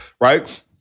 right